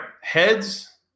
Heads